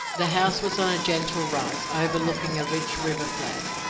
the house was on a gentle rise, overlooking a rich river flat.